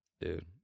dude